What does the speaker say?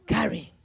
Carry